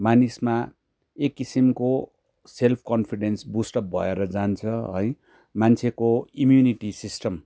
मानिसमा एककिसिमको self confidence boost up भएर जान्छ है मान्छेको इम्युनिटी सिस्टम